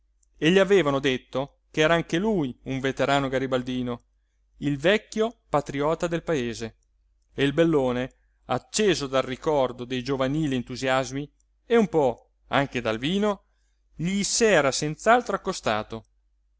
e gli avevano detto ch'era anche lui un veterano garibaldino il vecchio patriota del paese e il bellone acceso dal ricordo dei giovanili entusiasmi e un po anche dal vino gli s'era senz'altro accostato